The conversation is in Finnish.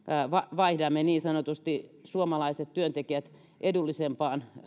vaihdamme niin sanotusti suomalaiset työntekijät edullisempaan